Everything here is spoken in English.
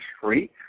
free